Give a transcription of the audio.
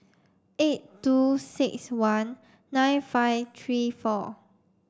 eight two six one nine five three four